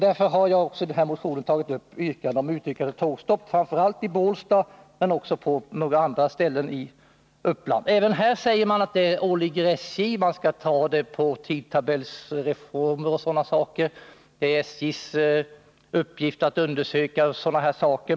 Därför har jag också i motionen yrkat om tågstopp, framför allt i Bålsta men även på andra platser, i första hand i Uppland. Man svarar att det åligger SJ att i samband med tidtabellsförändringar se över sådana saker och undersöka möjligheterna.